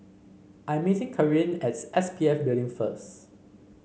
I'm meeting Karin as S P F Building first